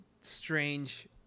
strange